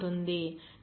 xN 'VBNN VBNi 14